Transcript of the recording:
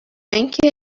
اینکه